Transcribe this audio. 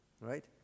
right